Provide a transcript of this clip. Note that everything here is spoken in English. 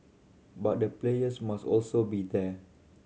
but the players must also be there